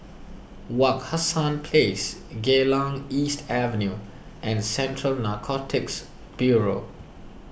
Wak Hassan Place Geylang East Avenue and Central Narcotics Bureau